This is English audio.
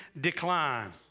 decline